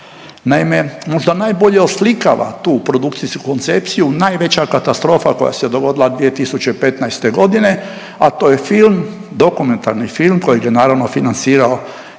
Naime, možda najbolje oslikava tu produkcijsku koncepciju, najveća katastrofa koja se dogodila 2015. godine, a to je film, dokumentarni film kojeg je naravno financirao